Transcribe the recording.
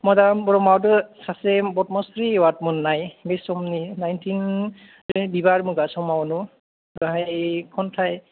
मदाराम ब्रह्मआबो सासे पद्मस्रि एवार्ड मोननाय बे समनि नाइनटिन मुगा समाव बाहाय खन्थाय